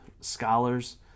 scholars